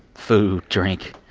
food? drink?